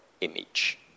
image